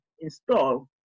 install